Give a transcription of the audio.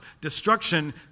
destruction